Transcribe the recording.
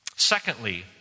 Secondly